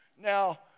Now